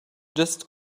just